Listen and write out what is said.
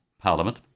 Parliament